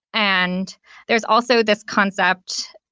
and there's also this concept.